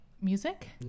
music